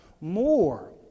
more